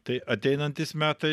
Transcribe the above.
tai ateinantys metai